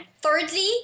Thirdly